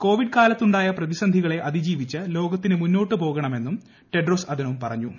Covid കാലത്തുണ്ടായ പ്രതിസസ്തിക്കുളെ അതിജീവിച്ച് ലോകത്തിന് മുന്നോട്ട് പോകണമെന്നും ക്ടെട്രോസ് അദനോം പറഞ്ഞു